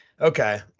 okay